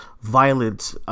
violent